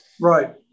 Right